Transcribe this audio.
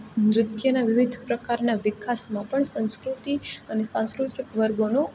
નૃત્યના પણ વિવિધ પ્રકારમાં પણ સંસ્કૃતિ અને સાંસ્કૃતિક વર્ગોનો